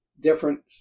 different